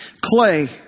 Clay